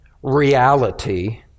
reality